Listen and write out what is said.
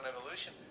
evolution